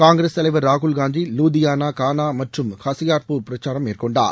காங்கிரஸ் தலைவர் ராகுல்காந்தி லூதியானா கானா மற்றும் ஹசியார்பூர் பிரச்சாரம் மேற்கொண்டார்